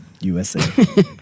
USA